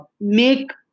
make